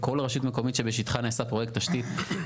כל רשות מקומית שבשטחה נעשה פרויקט תשתית היא